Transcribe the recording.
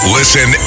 listen